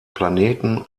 planeten